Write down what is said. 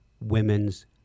women's